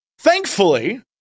Thankfully